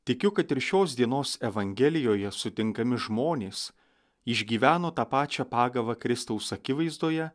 tikiu kad ir šios dienos evangelijoje sutinkami žmonės išgyveno tą pačią pagavą kristaus akivaizdoje